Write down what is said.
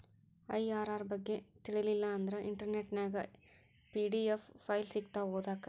IRR ಬಗ್ಗೆ ತಿಳಿಲಿಲ್ಲಾ ಅಂದ್ರ ಇಂಟರ್ನೆಟ್ ನ್ಯಾಗ ಪಿ.ಡಿ.ಎಫ್ ಫೈಲ್ ಸಿಕ್ತಾವು ಓದಾಕ್